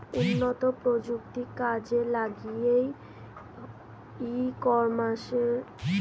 উন্নত প্রযুক্তি কাজে লাগিয়ে ই কমার্সের মাধ্যমে কি করে আমি ভালো করে ব্যবসা করতে পারব?